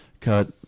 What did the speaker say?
cut